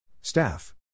Staff